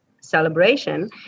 celebration